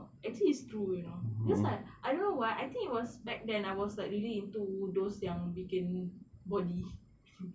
actually it's true you know because I I don't know why I think it was back I was like really into those yang bikin body bikin body